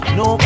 no